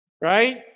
right